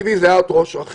באופן טבעי זה ראש רח"ל.